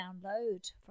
download